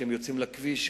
כשהם יוצאים לכביש,